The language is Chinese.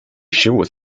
十五